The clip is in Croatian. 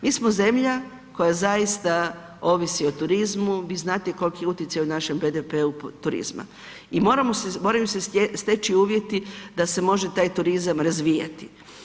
Mi smo zemlja koja zaista ovisi o turizmu, vi znate koliki je utjecaj u našem BDP-u turizma i moraju se steći uvjeti da se mora taj turizam razvijati.